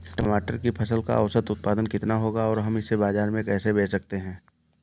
टमाटर की फसल का औसत उत्पादन कितना होगा और हम इसे बाजार में कैसे बेच सकते हैं?